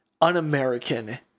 un-American